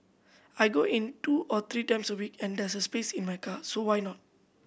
I go in two or three times a week and there's space in my car so why not